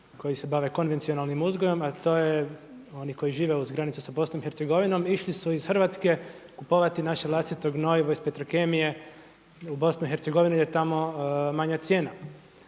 koji se bave konvencionalnim uzgojem, a to je oni koji žive uz granicu sa BIH išli su iz Hrvatske kupovati naše vlastito gnojivo iz Petrokemije u BiH jer je tamo manja cijena.